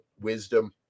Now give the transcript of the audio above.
wisdom